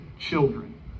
children